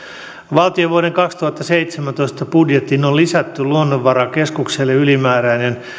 valtion vuoden kaksituhattaseitsemäntoista budjettiin on lisätty luonnonvarakeskukselle ylimääräinen